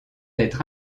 être